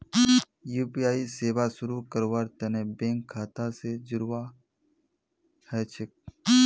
UPI सेवा शुरू करवार तने बैंक खाता स जोड़वा ह छेक